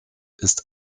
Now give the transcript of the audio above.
ist